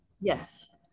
Yes